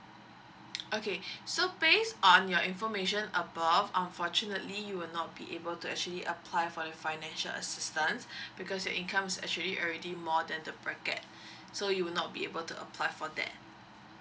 okay so based on your information above unfortunately you will not be able to actually apply for the financial assistance because your income is actually already more than the bracket so you will not be able to apply for that